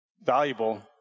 valuable